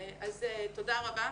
אז, תודה רבה,